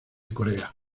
corea